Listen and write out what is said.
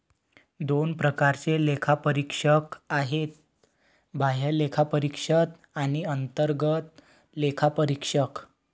दोन प्रकारचे लेखापरीक्षक आहेत, बाह्य लेखापरीक्षक आणि अंतर्गत लेखापरीक्षक